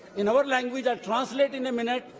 in our language i'll translate in a minute